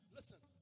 Listen